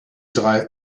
drei